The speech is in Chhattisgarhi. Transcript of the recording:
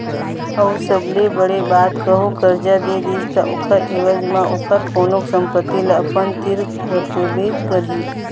अऊ सबले बड़े बात कहूँ करजा दे दिस ता ओखर ऐवज म ओखर कोनो संपत्ति ल अपन तीर रखबे करही